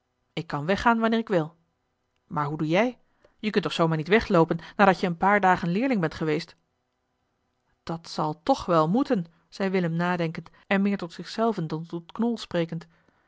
ik kan weggaan wanneer ik wil maar hoe doe jij jij kunt toch zoo maar niet wegloopen nadat je een paar dagen leerling bent geweest dat zal toch wel moeten zei willem nadenkend en meer tot zich zelven dan tot knol sprekend